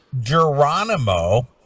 Geronimo